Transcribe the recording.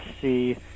see